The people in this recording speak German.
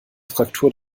fraktur